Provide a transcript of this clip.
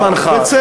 תם זמנך.